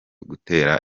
gutera